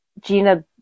Gina